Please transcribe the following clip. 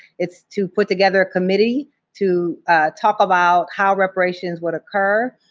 it's to put together a committee to talk about how reparations would occur.